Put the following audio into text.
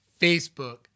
Facebook